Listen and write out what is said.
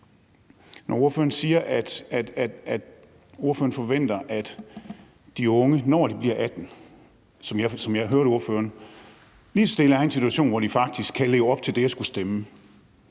Ordføreren siger, at ordføreren forventer, at de unge, når de bliver 18, lige så stille er i en situation, hvor de faktisk kan leve op til det at skulle stemme